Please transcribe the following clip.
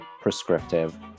prescriptive